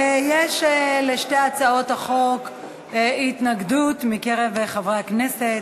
יש לשתי הצעות החוק התנגדות מקרב חברי הכנסת.